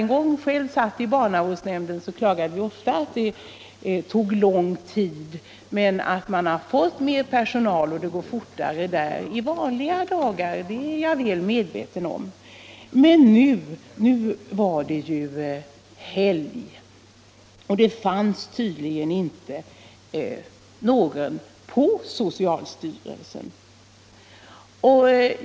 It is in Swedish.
När jag själv satt i barnavårdsnämnden beklagade vi ofta att det tog lång tid för ärendens behandling. Att man har fått mer personal och att det nu går fortare under vanliga veckor är jag medveten om. Men nu var det ju helg, och det fanns i det här fallet tydligen inte någon på socialstyrelsen.